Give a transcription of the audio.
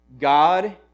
God